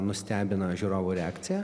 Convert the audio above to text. nustebina žiūrovų reakcija